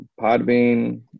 podbean